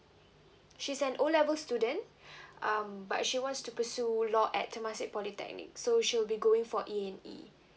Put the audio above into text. she's an O levels student um but she wants to pursue law at temasek polytechnic so she'll be going for E_A_E